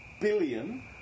billion